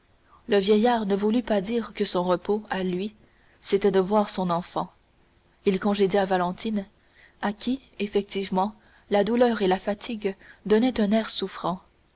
le vieillard ne voulut pas dire que son repos à lui c'était de voir son enfant il congédia valentine à qui effectivement la douleur et la fatigue donnaient un air souffrant